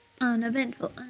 Uneventful